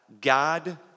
God